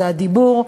זה הדיבור.